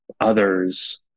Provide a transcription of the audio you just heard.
others